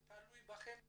זה תלוי בכם גם.